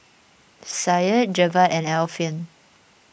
Syed Jebat and Alfian